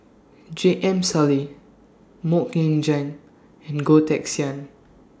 J M Sali Mok Ying Jang and Goh Teck Sian